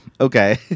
Okay